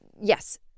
yes